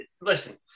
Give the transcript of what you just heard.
listen